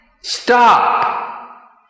stop